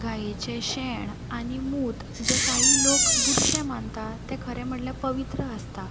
गायचें शेण आनी मूत जे कांय लोक बुरशें मानतात तें खरें म्हणल्यार पवित्र आसता